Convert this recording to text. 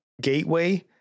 gateway